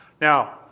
Now